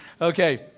Okay